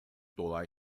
toda